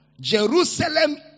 Jerusalem